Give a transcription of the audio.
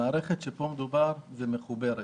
המערכת שמדובר עליה פה היא מחוברת,